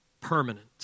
permanent